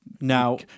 now